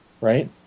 right